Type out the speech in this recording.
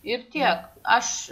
ir tiek aš